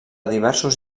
diversos